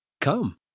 come